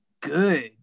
good